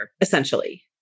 essentially